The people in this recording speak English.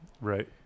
Right